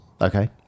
Okay